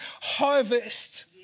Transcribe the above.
harvest